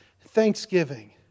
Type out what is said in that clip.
thanksgiving